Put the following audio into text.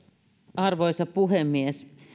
arvoisa puhemies